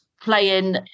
playing